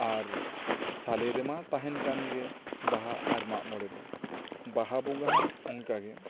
ᱟᱨ ᱥᱟᱞᱮ ᱨᱮᱢᱟ ᱛᱟᱦᱮᱱ ᱠᱟᱱ ᱜᱮ ᱵᱟᱦᱟ ᱟᱨ ᱢᱟᱜ ᱢᱚᱬᱮ ᱫᱚ ᱵᱟᱦᱟ ᱵᱚᱸᱜᱟ ᱦᱚᱸ ᱚᱱᱠᱟ ᱜᱮ